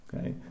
Okay